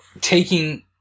Taking